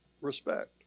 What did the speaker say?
respect